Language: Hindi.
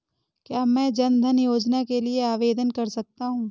क्या मैं जन धन योजना के लिए आवेदन कर सकता हूँ?